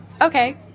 Okay